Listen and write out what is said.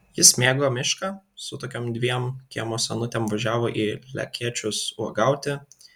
jis mėgo mišką su tokiom dviem kiemo senutėm važiavo į lekėčius uogauti